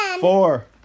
four